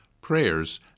prayers